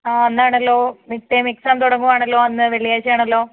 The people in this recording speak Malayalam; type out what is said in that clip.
ആ അന്ന് ആണല്ലോ മിഡ് ട്ടേം എക്സാം തുടങ്ങുവാണല്ലോ അന്ന് വെള്ളിയാഴ്ച ആണല്ലോ